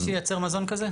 כל מי שייצר מזון כזה?